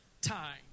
time